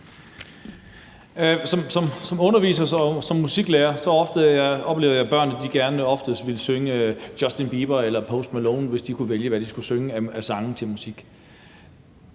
Som underviser og musiklærer oplevede jeg, at børnene oftest gerne ville synge Justin Bieber eller Post Malone, hvis de kunne vælge, hvad de skulle synge af sange i